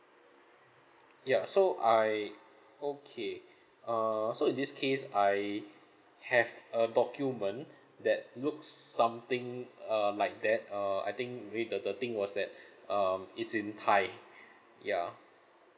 ya so I okay err so in this case I have a document that looks something err like that uh I think with the the thing was that um it's in thai ya